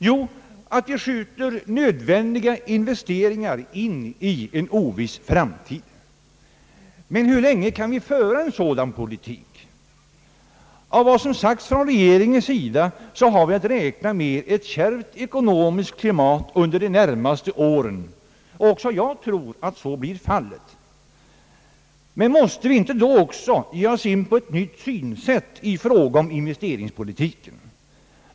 Jo, vi skjuter nödvändiga investeringar in i framtiden. Men hur länge kan vi föra en sådan politik? Av vad som sagts från regeringen så har vi att räkna med ett kärvt ekonomiskt klimat under de närmaste åren, och även jag tror att så blir fallet. Men måste vi inte då också ge oss in på ett nytt synsätt i fråga om investeringspolitiken?